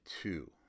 two